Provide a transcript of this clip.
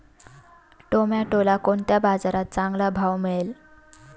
टोमॅटोला कोणत्या बाजारात चांगला भाव मिळेल?